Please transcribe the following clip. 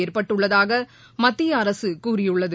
ஏற்பட்டுள்ளதாக மத்திய அரசு கூறியுள்ளது